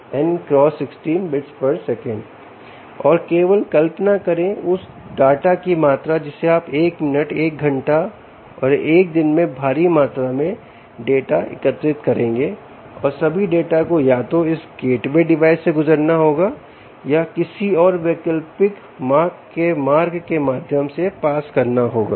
N×16 bits sec और केवल कल्पना करें उस डाटा की मात्रा की जिसे आप 1 मिनट 1 घंटा और 1 दिन में भारी मात्रा में डाटा एकत्रित करेंगे और सभी डाटा को या तो इस गेटवे डिवाइस से गुजरना होगा या किसी और वैकल्पिक मार्ग के माध्यम से पास करना होगा